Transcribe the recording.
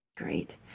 great